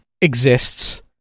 exists